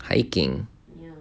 hiking